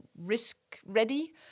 risk-ready